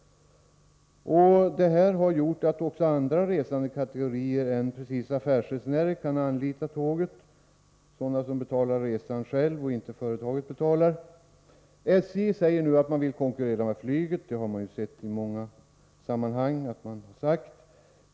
Det har gjort att också andra resandekategorier än affärsresenärer — sådana som betalar resan själva och inte får den betald av företaget — kan anlita tågen. SJ säger nu att man vill konkurrera med flyget — det har man sagt i många sammanhang, har jag sett.